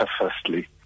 firstly